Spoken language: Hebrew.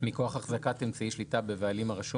מכוח החזקת אמצעי שליטה בבעלים הרשום